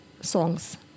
songs